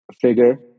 figure